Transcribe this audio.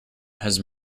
has